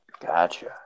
Gotcha